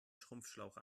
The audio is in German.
schrumpfschlauch